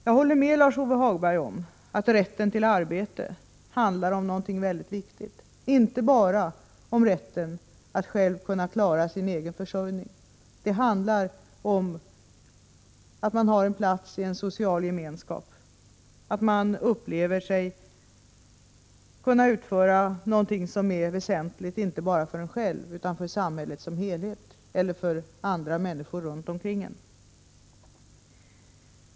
Jag håller med Lars-Ove Hagberg om att rätten till ett arbete är någonting mycket viktigt. Det handlar inte bara om rätten att själv få klara sin försörjning, utan det handlar också om att man har en plats i en social gemenskap, att man upplever sig själv som den som kan utföra någonting som är väsentligt — inte bara för en själv utan också för samhället som helhet, eller för andra människor runt omkring en.